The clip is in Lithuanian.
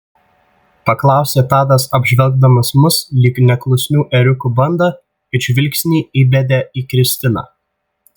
paklausė tadas apžvelgdamas mus lyg neklusnių ėriukų bandą ir žvilgsnį įbedė į kristiną